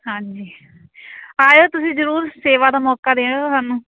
ਹਾਂਜੀ ਆਇਓ ਤੁਸੀਂ ਜ਼ਰੂਰ ਸੇਵਾ ਦਾ ਮੌਕਾ ਦੇਣਾ ਸਾਨੂੰ